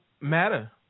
matter